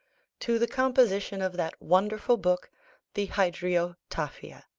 to the composition of that wonderful book the hydriotaphia.